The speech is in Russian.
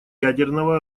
ядерного